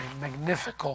magnificent